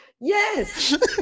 Yes